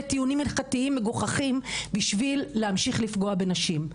טיעונים הלכתיים מגוחכים בשביל להמשיך לפגוע בנשים.